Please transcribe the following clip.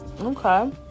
Okay